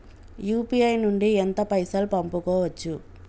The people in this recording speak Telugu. యూ.పీ.ఐ నుండి ఎంత పైసల్ పంపుకోవచ్చు?